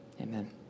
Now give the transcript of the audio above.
Amen